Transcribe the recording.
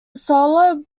solo